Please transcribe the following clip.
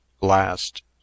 last